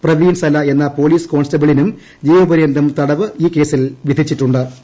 പ്രവീൺ സല എന്ന പോലീസ് കോൺസ്റ്റബിളിനും ജീവപര്യന്തം തടവ് ഈ കേസിൽ വിധിച്ചിട്ടു ്